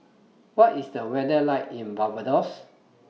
What IS The weather like in Barbados